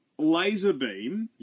Laserbeam